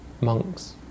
monks